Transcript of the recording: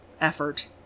effort